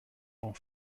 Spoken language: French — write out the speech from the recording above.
grand